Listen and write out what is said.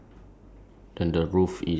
cause the booth is green in color